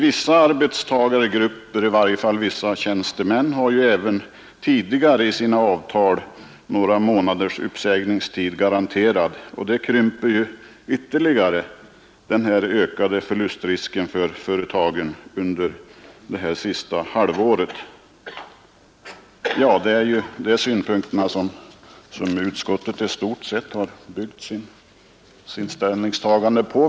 Vissa arbetstagargrupper, i varje fall vissa tjänstemän, har ju även tidigare i sina avtal några månaders uppsägningstid garanterad, och det krymper ytterligare den ökade förlustrisken för långivarna under det här sista halvåret. Det är dessa synpunkter som utskottet i stort sett har byggt sitt ställningstagande på.